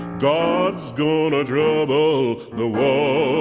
god's gonna trouble the water